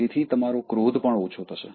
તેથી તમારો ક્રોધ પણ ઓછો થશે